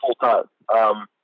full-time